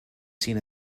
seen